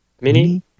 mini